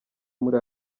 muri